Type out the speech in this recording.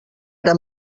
ara